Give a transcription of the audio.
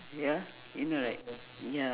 ya you know right ya